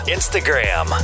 Instagram